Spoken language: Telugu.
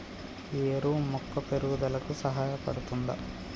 ఈ ఎరువు మొక్క పెరుగుదలకు సహాయపడుతదా?